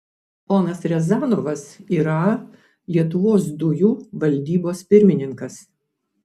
ponas riazanovas yra lietuvos dujų valdybos pirmininkas